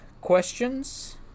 questions